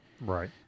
right